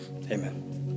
amen